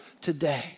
today